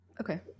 Okay